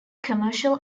commercial